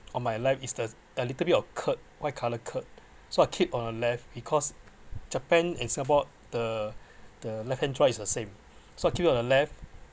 on my life is the the little bit of curb white colour curb so I keep on the left because japan it signboard the the left hand drive is the same so I keep it on the left